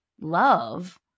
love